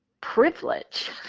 privilege